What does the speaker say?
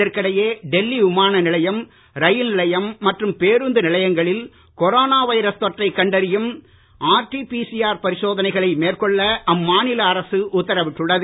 இதற்கிடையே டெல்லி விமான நிலையம் ரயில் நிலையம் மற்றும் பேருந்து நிலையங்களில் கொரோனா வைரஸ் தொற்றை கண்டறியும் ஆர்டிபிசிஆர் பரிசோதனைகளை மேற்கொள்ள அம்மாநில அரசு உத்தரவிட்டுள்ளது